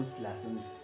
lessons